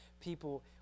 people